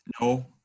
no